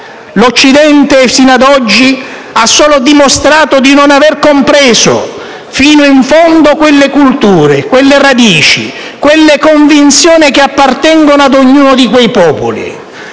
L'Occidente sino ad oggi ha solo dimostrato di non avere compreso fino in fondo quelle culture, quelle radici, quelle convinzioni che appartengono ad ognuno di quei popoli.